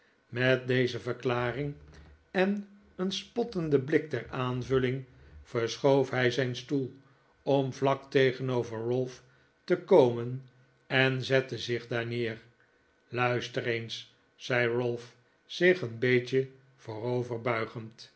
met deze verklaring en een spottenden blik ter aanvulling verschoof hij zijn stoel om vlak tegenover ralph te komen en zette zich daar neer luister eens zei ralph zich een beetje